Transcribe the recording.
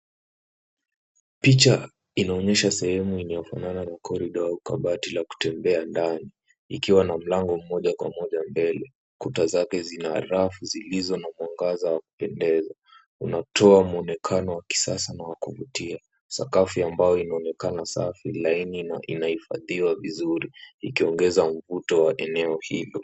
Picha inaonyesha sehemu inayofanana na korido au kabati la kutembea ndani ikiwa na mlango moja kwa moja mbele. Kuta zake zina rafu zilizo na mwangaza wa kupendeza unatoa mwonekano wa kisasa na wa kuvutia. Sakafu ya mbao inaonekana safi, laini na inahifadhiwa vizuri ikiongeza mvuto wa eneo hilo.